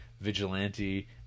Vigilante